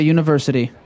University